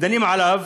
דנים עליו,